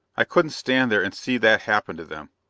i couldn't stand there and see that happen to them.